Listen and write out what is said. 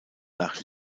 nach